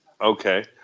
Okay